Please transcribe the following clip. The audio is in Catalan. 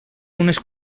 unes